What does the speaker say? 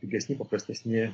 pigesni paprastesni